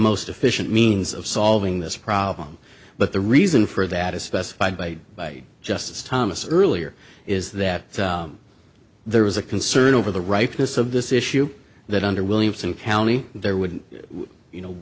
most efficient means of solving this problem but the reason for that is specified by justice thomas earlier is that there was a concern over the rightness of this issue that under williamson county there would you know